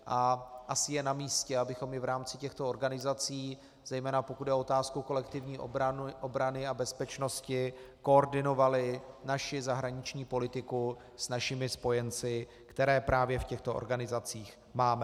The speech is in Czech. A asi je na místě, abychom i v rámci těchto organizací, zejména pokud jde o otázku kolektivní obrany a bezpečnosti, koordinovali naši zahraniční politiku s našimi spojenci, které právě v těchto organizacích máme.